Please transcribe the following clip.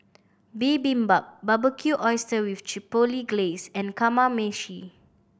Bibimbap Barbecue Oyster with Chipotle Glaze and Kamameshi